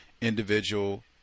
individual